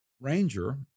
ranger